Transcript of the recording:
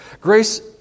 Grace